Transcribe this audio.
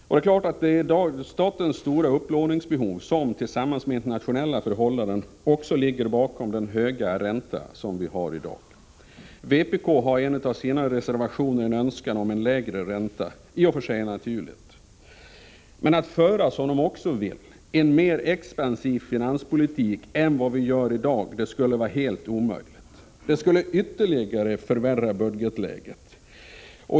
Det är klart att det i dag är statens stora upplåningsbehov som, tillsammans med internationella förhållanden, också ligger bakom den höga ränta vi har. Vpk har i en av sina reservationer framfört en önskan om en lägre ränta — vilket i och för sig är naturligt. Men att föra, som de också vill, en mer expansiv finanspolitik än vi gör i dag skulle vara helt omöjligt. Det skulle ytterligare förvärra budgetläget.